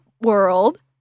World